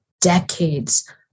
decades